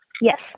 yes